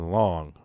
long